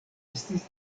estis